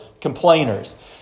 complainers